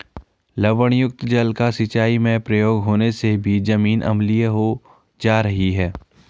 लवणयुक्त जल का सिंचाई में प्रयोग होने से भी जमीन अम्लीय हो जा रही है